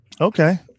Okay